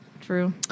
True